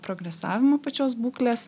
progresavimą pačios būklės